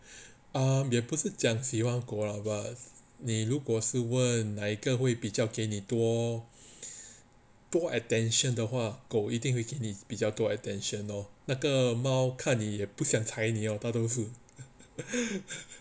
um 也不是讲喜欢狗 lah but 你如果是问哪一个会比较给你多多 attention 的话狗一定会给你比较多 attention lor 那个猫看你也不想猜你 ah 大多数